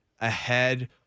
ahead